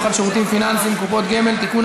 על שירותים פיננסיים (קופות גמל) (תיקון,